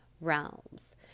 realms